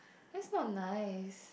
that's not nice